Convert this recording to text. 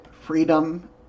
freedom